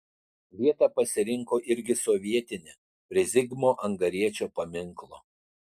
vietą pasirinko irgi sovietinę prie zigmo angariečio paminklo